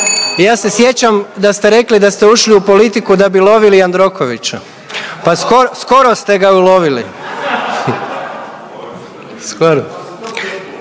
ja se sjećam da ste rekli da ste ušli u politiku da bi lovili Jandrokovića, pa skoro, skoro ste ga ulovili. Skoro